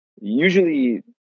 usually